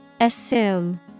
Assume